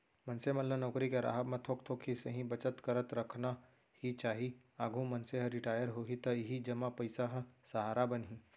मनसे मन ल नउकरी के राहब म थोक थोक ही सही बचत करत रखना ही चाही, आघु मनसे ह रिटायर होही त इही जमा पइसा ह सहारा बनही